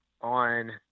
on